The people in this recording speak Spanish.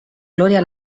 gloria